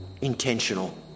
intentional